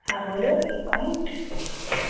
હા બોલો કોણ